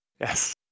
Yes